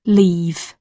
leave